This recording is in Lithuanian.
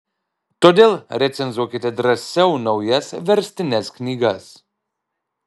todėl recenzuokite drąsiau naujas verstines knygas